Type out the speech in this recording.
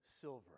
silver